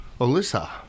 Alyssa